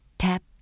Tap